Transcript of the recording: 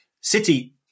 City